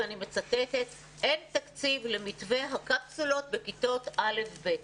ואני מצטטת: "אין תקציב למתווה הקפסולות בכיתות א'-ב'".